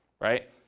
right